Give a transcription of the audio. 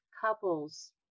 couples